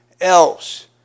else